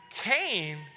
Cain